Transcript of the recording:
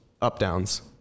up-downs